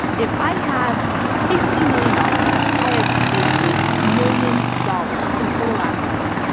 if i have fifty million dollars, i have fifty million dollars in total assets,